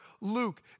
Luke